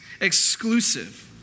exclusive